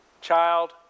child